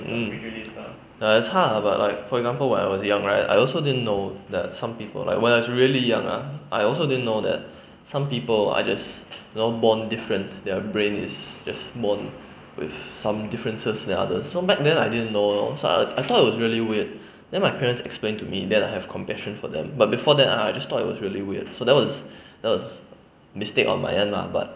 um ya it's hard ah but like for example when I was young right I also didn't know that some people like when I was really young ah I also didn't know that some people are just you know born different their brain is just born with some differences than others so back then I didn't know so so I thought it was really weird then my parents explain to me then I have compassion for them but before that I just thought it was really weird so that was that was mistake on my end lah but